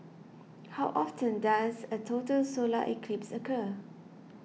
how often does a total solar eclipse occur